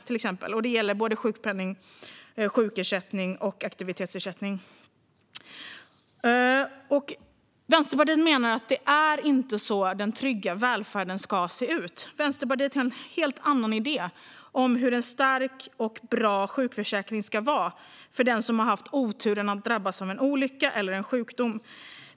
Detta gäller både sjukpenning och sjuk och aktivitetsersättning. Vänsterpartiet menar att det inte är så den trygga välfärden ska se ut. Vänsterpartiet har en helt annan idé om hur en stark och bra sjukförsäkring ska vara för den som har haft oturen att drabbas av en olycka eller en sjukdom.